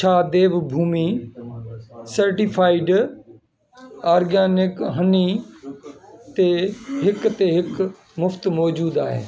छा Devbhumi certified organic honey ते हिक ते हिक मुफ़्ति मौजूदु आहे